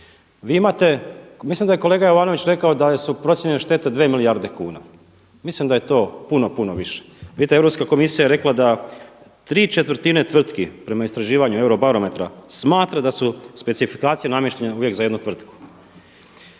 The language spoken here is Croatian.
Vi imate, mislim da je kolega Jovanović rekao da su procijenjene štete 2 milijarde kuna. Mislim da je to puno, puno više. Vidite, Europska komisija je rekla da tri četvrtine tvrtki prema istraživanju Eurobarometra smatra da su specifikacije namještene uvijek za jednu tvrtku.